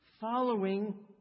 following